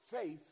faith